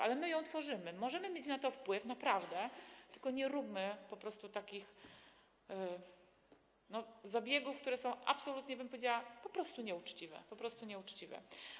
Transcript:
Ale my tworzymy politykę, możemy mieć na to wpływ, naprawdę, tylko nie róbmy po prostu takich, no, zabiegów, które są absolutnie, powiedziałabym, po prostu nieuczciwe, po prostu nieuczciwe.